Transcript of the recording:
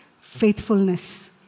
faithfulness